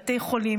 בתי חולים,